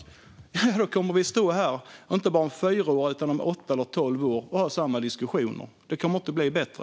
Om vi inte gör det kommer vi att stå här inte bara om fyra år, utan om åtta eller tolv år, och ha samma diskussioner. Det kommer inte att bli bättre.